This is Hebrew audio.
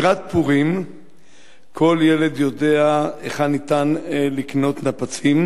לקראת פורים כל ילד יודע היכן ניתן לקנות נפצים.